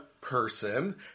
person